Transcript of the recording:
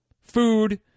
food